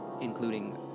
including